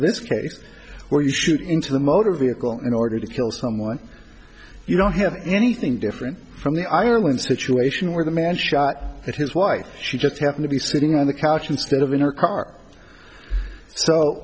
this case where you shoot into the motor vehicle in order to kill someone you don't have anything different from the ireland situation where the man shot at his wife she just happened to be sitting on the couch instead of in her